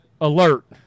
alert